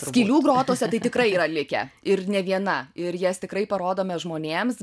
skylių grotose tai tikrai yra likę ir ne viena ir jas tikrai parodome žmonėms